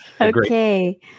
Okay